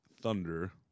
thunder